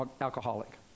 alcoholic